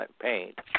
paint